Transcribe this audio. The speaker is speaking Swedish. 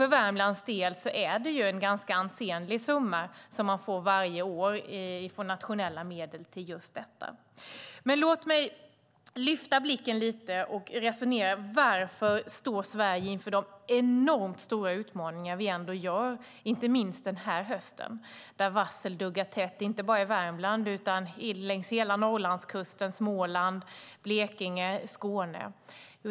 För Värmlands del är det en ganska ansenlig summa som man får varje år från nationella medel till just detta. Men låt mig lyfta blicken lite grann och resonera om varför Sverige står inför så enormt stora utmaningar, inte minst denna höst där varsel duggar tätt, inte bara i Värmland utan längs hela Norrlandskusten, i Småland, Blekinge och Skåne.